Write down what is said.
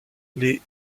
les